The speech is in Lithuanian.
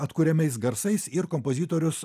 atkuriamais garsais ir kompozitorius